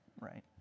Right